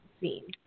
seen